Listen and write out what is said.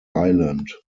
island